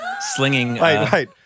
slinging